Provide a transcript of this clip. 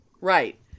Right